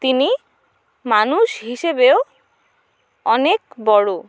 তিনি মানুষ হিসেবেও অনেক বড়